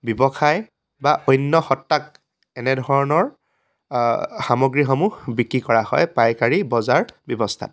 ব্যৱসায় বা অন্য সত্ত্ৱাক এনেধৰণৰ সামগ্ৰীসমূহ বিক্ৰী কৰা হয় পাইকাৰী বজাৰ ব্যৱস্থাত